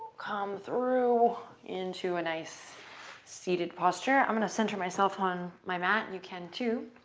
come through into a nice seated posture. i'm going to center myself on my mat, and you can too.